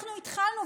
אנחנו התחלנו,